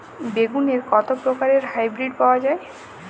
বেগুনের কত প্রকারের হাইব্রীড পাওয়া যায়?